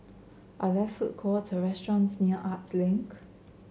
are there food courts or restaurants near Arts Link